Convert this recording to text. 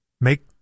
make